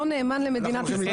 היתד הזה לא נאמן למדינת ישראל?